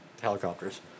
helicopters